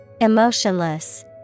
Emotionless